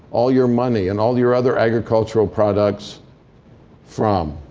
all your money, and all your other agricultural products from